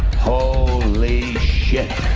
holy shit!